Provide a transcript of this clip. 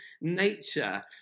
nature